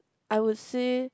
I would say